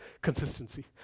consistency